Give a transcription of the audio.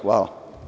Hvala.